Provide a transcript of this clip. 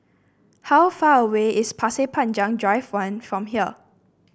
how far away is Pasir Panjang Drive One from here